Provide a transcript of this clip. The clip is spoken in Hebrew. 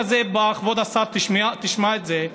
כבוד השר, תשמע את זה.